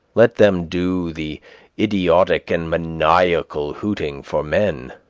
let them do the idiotic and maniacal hooting for men.